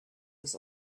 was